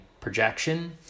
projection